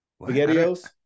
Spaghettios